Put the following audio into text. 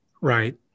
right